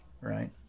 right